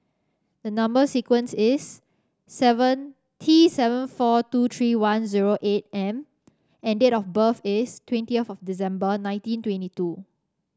the number sequence is seven T seven four two three one zero eight M and date of birth is twenty of December nineteen twenty two